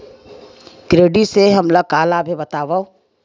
Credit से हमला का लाभ हे बतावव?